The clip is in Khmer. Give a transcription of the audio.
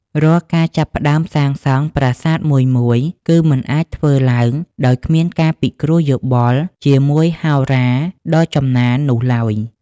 រាល់ការចាប់ផ្តើមសាងសង់ប្រាសាទមួយៗគឺមិនអាចធ្វើឡើងដោយគ្មានការពិគ្រោះយោបល់ជាមួយហោរាដ៏ចំណាននោះឡើយ។